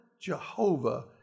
Jehovah